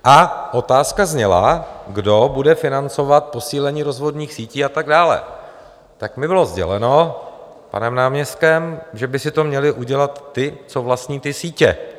A otázka zněla, kdo bude financovat posílení rozvodných sítí a tak dále, tak mi bylo sděleno panem náměstkem, že by si to měli udělat ti, co vlastní ty sítě.